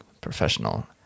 professional